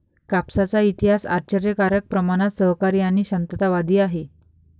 कापसाचा इतिहास आश्चर्यकारक प्रमाणात सहकारी आणि शांततावादी आहे